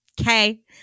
okay